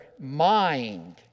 mind